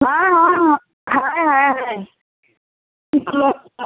हाँ हाँ हाँ है है है